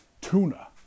Tuna